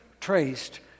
traced